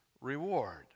reward